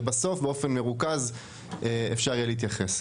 ובסוף באופן מרוכז אפשר יהיה להתרכז.